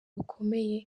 bukomeye